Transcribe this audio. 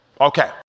Okay